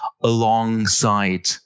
alongside